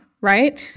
right